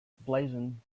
blazon